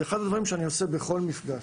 זה אחד הדברים שאני עושה בכל מפגש.